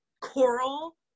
coral